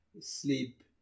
sleep